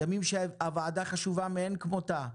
ימים שהוועדה חשובה מאין כמותה.